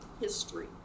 history